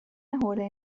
حوله